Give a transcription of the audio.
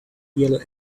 yellow